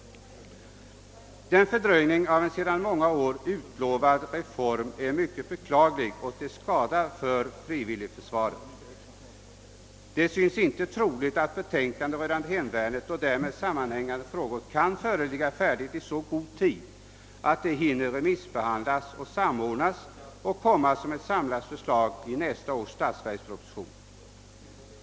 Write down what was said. Denna fördröjning av en sedan många år utlovad reform är mycket beklaglig och till skada för frivilligförsvaret. Det synes inte troligt att betänkandet rörande hemvärnet och därmed sammanhängande frågor kan föreligga färdigt i så god tid att det hinner remissbehandlas och samordnas samt ingå i ett samlat förslag i nästa års statsverksproposition.